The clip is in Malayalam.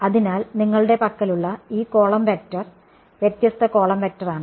അതിനാൽ നിങ്ങളുടെ പക്കലുള്ള ഈ കോളം വെക്റ്റർ വ്യത്യസ്ത കോളം വെക്റ്റർ ആണ്